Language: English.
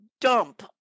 Dump